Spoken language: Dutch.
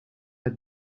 het